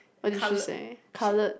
what did she say coloured